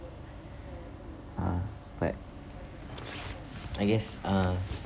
uh but I guess uh